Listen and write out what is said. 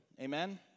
Amen